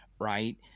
right